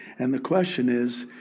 and the question is,